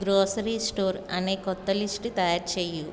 grocery store అనే క్రొత్త list తయారు చేయుము